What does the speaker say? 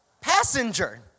passenger